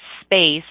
space